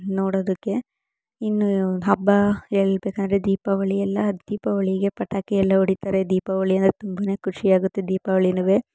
ನೋಡೋದಕ್ಕೆ ಇನ್ನು ಹಬ್ಬ ಹೇಳ್ಬೇಕಂದ್ರೆ ದೀಪಾವಳಿ ಎಲ್ಲ ದೀಪಾವಳಿಗೆ ಪಟಾಕಿಯೆಲ್ಲ ಹೊಡಿತಾರೆ ದೀಪಾವಳಿ ಅಂದರೆ ತುಂಬನೇ ಖುಷಿಯಾಗುತ್ತೆ ದೀಪಾವಳಿನುವೇ